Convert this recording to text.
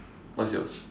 what's yours